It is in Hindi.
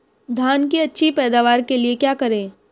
धान की अच्छी पैदावार के लिए क्या करें?